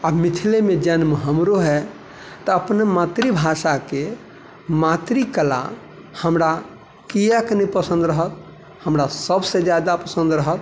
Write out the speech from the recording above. आओर मिथलेमे जन्म हमरो है तऽ अपन मातृभाषाके मातृकला हमरा किएक नहि पसन्द रहत हमरा सभसँ जादा पसन्द रहत